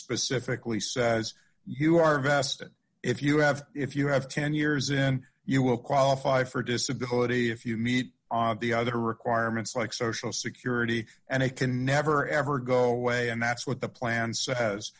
specifically says you are vested if you have if you have ten years in you will qualify for disability if you meet the other requirements like social security and it can never ever go away and that's what the plan s